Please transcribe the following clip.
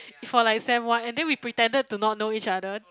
for like same one and then we pretended to not know each other